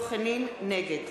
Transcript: נגד